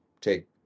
take